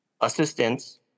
assistance